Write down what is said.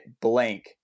blank